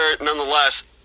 nonetheless